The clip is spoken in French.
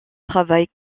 travail